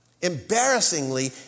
Embarrassingly